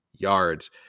yards